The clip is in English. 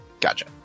Gotcha